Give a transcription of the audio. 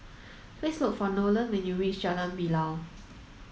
please look for Nolan when you reach Jalan Bilal